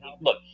look